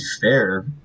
fair